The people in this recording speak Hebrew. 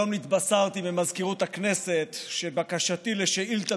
היום נתבשרתי במזכירות הכנסת שבקשתי לשאילתה